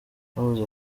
bavuze